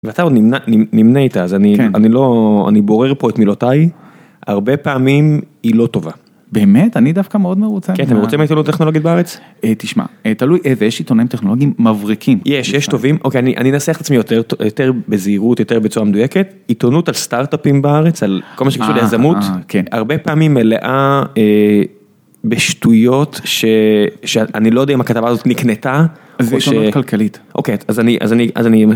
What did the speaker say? ואתה עוד נמנה נמנה איתה, אז אני בורר פה את מילותיי, הרבה פעמים היא לא טובה. באמת? אני דווקא מאוד מרוצה. כן, אתה מרוצה מעיתונות טכנולוגית בארץ? תשמע, תלוי איזה יש עיתונאים טכנולוגיים מבריקים. יש, יש טובים, אוקיי, אני אנסח את עצמי יותר טוב יותר בזהירות, יותר בצורה מדויקת, עיתונות על סטארט-אפים בארץ, על כל מה שקשור ליזמות, הרבה פעמים מלאה בשטויות שאני לא יודע אם הכתבה הזאת נקנתה. אז זה עיתונות כלכלית. אוקיי, אז אני, אז אני, אז אני...